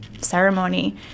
ceremony